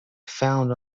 found